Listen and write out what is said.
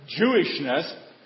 Jewishness